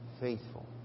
faithful